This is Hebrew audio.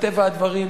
מטבע הדברים,